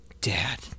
Dad